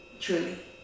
Truly